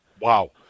Wow